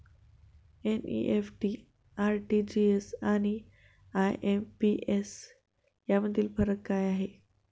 NEFT, RTGS आणि IMPS यामधील फरक काय आहे?